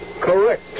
Correct